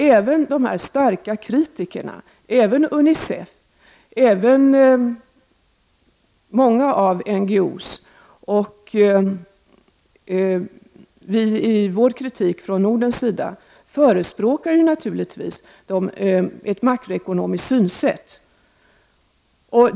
Även starka kritiker, UNI CEF, många av NGOs ledamöter och vi från Norden förespråkar naturligtvis ett makroekonomiskt synsätt.